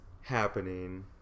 happening